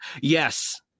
Yes